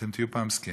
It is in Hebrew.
אתם תהיו פעם זקנים.